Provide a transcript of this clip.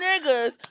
niggas